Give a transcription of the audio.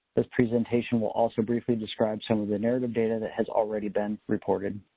this presentation will also briefly describe some of the narrative data that has already been reported.